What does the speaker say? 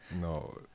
No